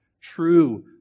true